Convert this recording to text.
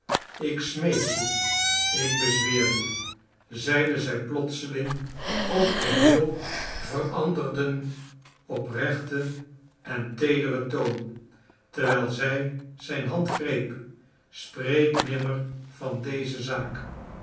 ik smeek je ik bezweer je zeide zij plotseling op geheel veranderden op oprechten en teederen toon terwijl zij zijn hand greep spreek nimmer van deze zaak